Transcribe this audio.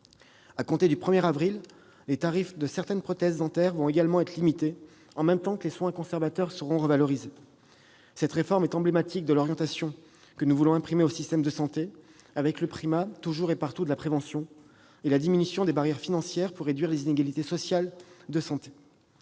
À compter du 1 avril, les tarifs de certaines prothèses dentaires seront également limités, en même temps que les soins conservateurs seront revalorisés. Cette réforme est emblématique de l'orientation que nous voulons imprimer au système de santé, avec le primat donné, toujours et partout, à la prévention et à la diminution des barrières financières pour réduire les inégalités sociales de santé.